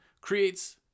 creates